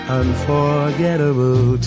unforgettable